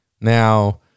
Now